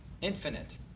Infinite